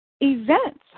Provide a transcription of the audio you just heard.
events